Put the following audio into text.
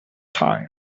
time